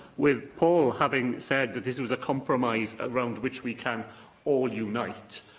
with paul having said that this was a compromise around which we can all unite,